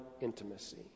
intimacy